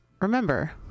remember